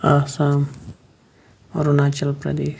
Assam Arunachal Pradesh